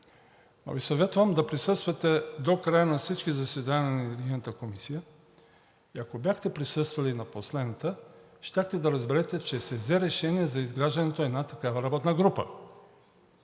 Ви съветвам да присъствате до края на всички заседания на Енергийната комисия. Ако бяхте присъствали на последната, щяхте да разберете, че се взе решение за създаването на такава работна група,